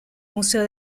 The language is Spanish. museo